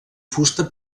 fusta